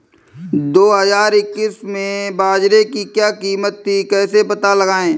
दो हज़ार इक्कीस में बाजरे की क्या कीमत थी कैसे पता लगाएँ?